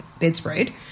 bedspread